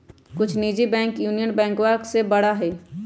कुछ निजी bank union बैंकवा से बड़ा हई